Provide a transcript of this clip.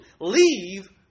Leave